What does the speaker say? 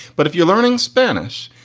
but if you're learning spanish,